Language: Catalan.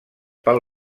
pel